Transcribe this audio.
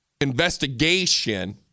investigation